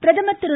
பிரதமர் திரு